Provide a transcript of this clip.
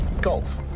golf